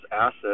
asset